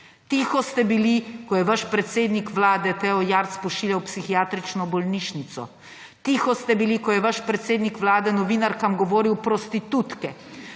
Tiho ste bili, ko je vaš predsednik Vlade Tejo Jarc pošiljal v psihiatrično bolnišnico. Tiho ste bili, ko je vaš predsednik Vlade novinarkam govoril prostitutke.